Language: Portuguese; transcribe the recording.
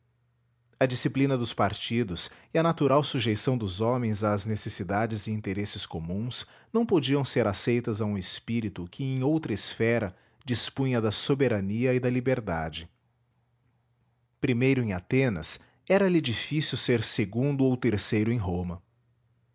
a disciplina dos partidos e a natural sujeição dos homens às necessidades e interesses comuns não podiam ser aceitas a um espírito que em outra esfera dispunha da soberania e da liberdade primeiro em atenas era-lhe difícil ser segundo ou terceiro em roma